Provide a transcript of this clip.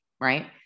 right